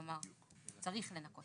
כלומר צריך לנכות.